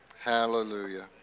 hallelujah